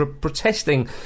protesting